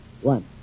One